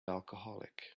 alcoholic